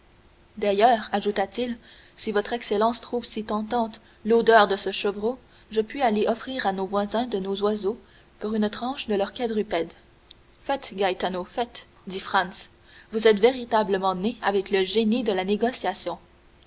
d'ailleurs ajouta-t-il si votre excellence trouve si tentante l'odeur de ce chevreau je puis aller offrir à nos voisins deux de nos oiseaux pour une tranche de leur quadrupède faites gaetano faites dit franz vous êtes véritablement né avec le génie de la négociation